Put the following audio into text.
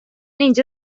اینجا